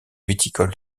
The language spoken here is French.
viticoles